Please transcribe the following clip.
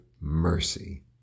mercy